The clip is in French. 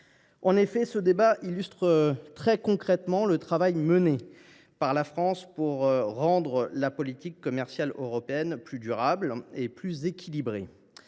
En effet, un tel débat illustre très concrètement le travail mené par la France pour rendre la politique commerciale européenne plus durable et plus équilibrée.